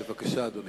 בבקשה, אדוני.